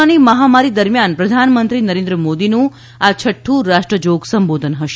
કોરોનાની મહામારી દરમિયાન પ્રધાનમંત્રી નરેન્દ્ર મોદીનું આ છઠ્ઠું રાષ્ટ્રજોગ સંબોધન હશે